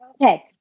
Okay